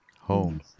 home